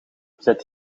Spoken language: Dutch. zet